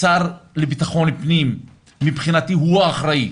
השר לביטחון פנים מבחינתי הוא האחראי.